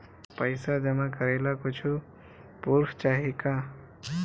पैसा जमा करे ला कुछु पूर्फ चाहि का?